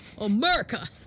America